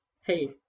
hey